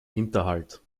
hinterhalt